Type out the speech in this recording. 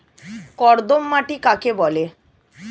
কর্দম মাটি কাকে বলে?